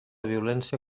violència